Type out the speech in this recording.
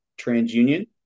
TransUnion